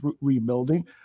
rebuilding